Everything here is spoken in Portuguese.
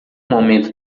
momento